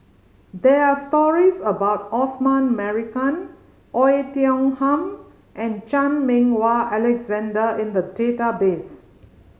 there are stories about Osman Merican Oei Tiong Ham and Chan Meng Wah Alexander in the database